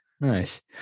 Nice